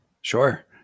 Sure